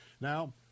Now